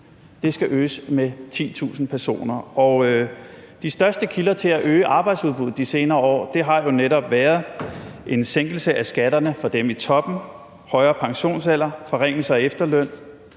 skal øges med 10.000 personer. De største kilder til at øge arbejdsudbuddet i de senere år har jo netop været en sænkelse af skatterne for dem i toppen, en højere pensionsalder, forringelser af efterløn,